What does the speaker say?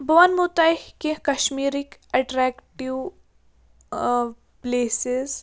بہٕ وَنمو تۄہہِ کینٛہہ کَشمیٖرٕکۍ اَٹرٛیکٹِو پٕلیسِز